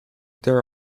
there